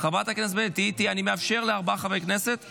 תהיי איתי, אני מאפשר לארבעה חברי כנסת לדבר.